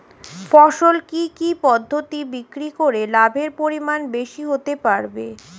ফসল কি কি পদ্ধতি বিক্রি করে লাভের পরিমাণ বেশি হতে পারবে?